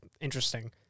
interesting